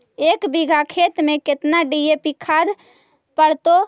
एक बिघा खेत में केतना डी.ए.पी खाद पड़तै?